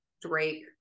Drake